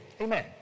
Amen